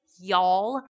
y'all